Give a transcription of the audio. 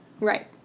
Right